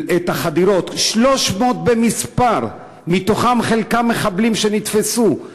את החדירות, 300 במספר, חלקן מחבלים שנתפסו.